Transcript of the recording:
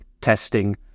testing